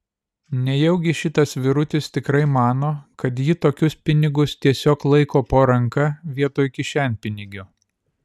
nejaugi šitas vyrutis tikrai mano kad ji tokius pinigus tiesiog laiko po ranka vietoj kišenpinigių